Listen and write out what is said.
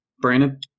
Brandon